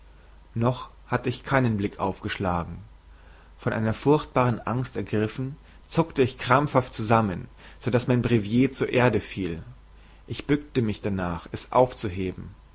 noch hatte ich keinen blick aufgeschlagen von einer furchtbaren angst ergriffen zuckte ich krampfhaft zusammen so daß mein brevier zur erde fiel ich bückte mich darnach es aufzuheben